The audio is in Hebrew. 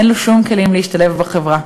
אין לו שום כלים להשתלב בחברה.